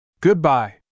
Goodbye